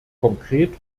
konkret